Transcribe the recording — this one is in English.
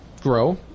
grow